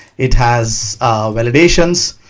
it has validations.